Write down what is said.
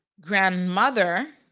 grandmother